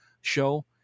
show